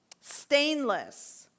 stainless